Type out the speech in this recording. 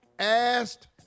Asked